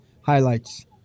Highlights